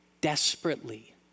desperately